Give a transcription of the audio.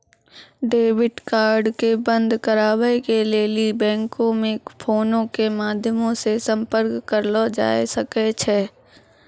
debit card के बंद कराबै के लेली बैंको मे फोनो के माध्यमो से संपर्क करलो जाय सकै छै